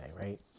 right